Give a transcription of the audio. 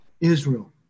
Israel